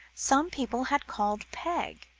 some people had called peg.